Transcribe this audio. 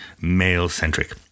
male-centric